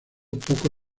poco